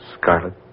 Scarlet